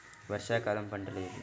వర్షాకాలం పంటలు ఏవి?